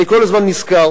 אני כל הזמן נזכר